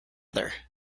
other